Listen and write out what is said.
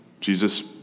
Jesus